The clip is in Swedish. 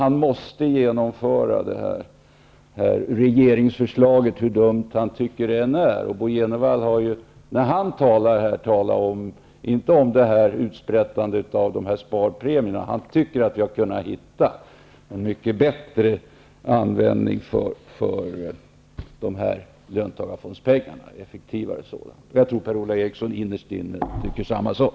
Han måste genomföra det här regeringsförslaget, hur dumt han än tycker att det är. Bo Jenevall talar inte om utsprättandet av sparpremierna. Han tycker att man hade kunnat hitta en mycket bättre och mera effektiv användning för löntagarfondspengarna. Jag tror att Per-Ola Eriksson innerst inne tycker samma sak.